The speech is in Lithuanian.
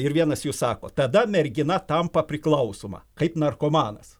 ir vienas jų sako tada mergina tampa priklausoma kaip narkomanas